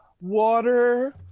water